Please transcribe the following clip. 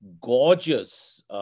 Gorgeous